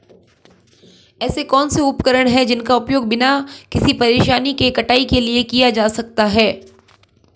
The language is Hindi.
ऐसे कौनसे उपकरण हैं जिनका उपयोग बिना किसी परेशानी के कटाई के लिए किया जा सकता है?